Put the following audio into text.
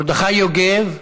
מרדכי יוגב,